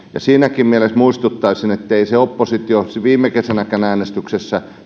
siinäkin mielessä muistuttaisin ettei se oppositio viime kesänäkään äänestyksessä